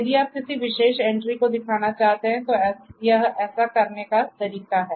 यदि आप किसी विशेष एंट्री को दिखाना चाहते हैं तो यह ऐसा करने का तरीका है